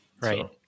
Right